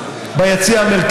לא מאשר את שניהם.